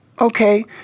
okay